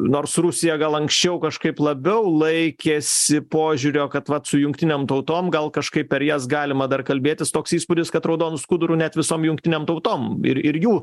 nors rusija gal anksčiau kažkaip labiau laikėsi požiūrio kad vat su jungtinėm tautom gal kažkaip per jas galima dar kalbėtis toks įspūdis kad raudonu skuduru net visom jungtinėm tautom ir ir jų